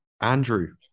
Andrew